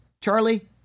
Charlie